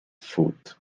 foot